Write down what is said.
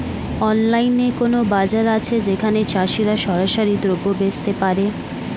অনলাইনে কোনো বাজার আছে যেখানে চাষিরা সরাসরি দ্রব্য বেচতে পারে?